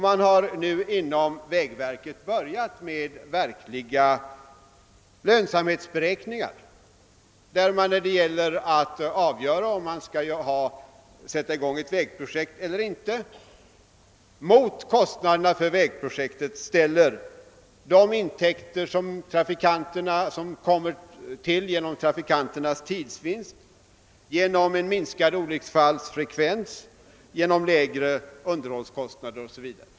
Man har nu inom vägverket börjat göra verkliga lönsamhetsberäkningar, varvid man vid avgörandet, huruvida man bör sätta i gång ett vägprojekt eller inte, mot kostnaderna för vägprojektet ställer de intäkter i form av kostnadsminskningar som beräknas tillkomma genom trafikanternas tidsvinst, genom minskad olycksfallsfrekvens, genom minskat underhållsbehov o. s. v.